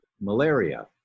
malaria